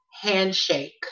handshake